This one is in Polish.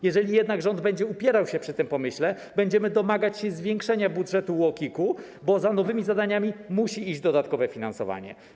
Jeżeli jednak rząd będzie upierał się przy tym pomyśle, będziemy domagać się zwiększenia budżetu UOKiK-u, bo za nowymi zadaniami musi iść dodatkowe finansowanie.